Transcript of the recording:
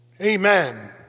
Amen